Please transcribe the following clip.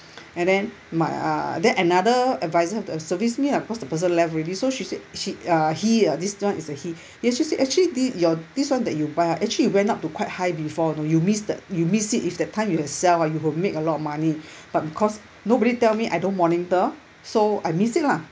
and then my uh then another adviser have to service me ah cause the person left already so she said she uh he ah this [one] is a he he actually said the your this [one] ah that you buy ah actually it went up to quite high before know you miss the you miss it if that time you have sell ah you would make a lot of money but because nobody tell me I don't monitor so I miss it lah